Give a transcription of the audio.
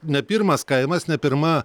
ne pirmas kaimas ne pirma